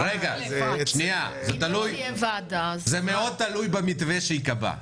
זה תלוי מאוד במתווה שייקבע.